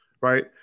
right